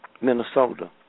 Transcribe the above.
Minnesota